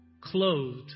clothed